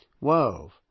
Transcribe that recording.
wove